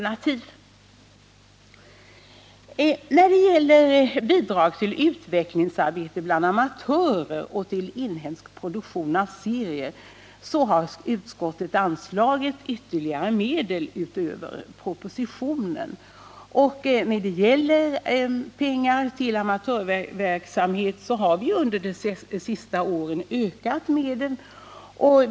När det gäller bidragen till utvecklingsarbete bland amatörer och till inhemsk produktion av serier har utskottet föreslagit större anslag än propositionen. Anslagen för bidragen till amatörverksamhet har under de senaste åren ökats.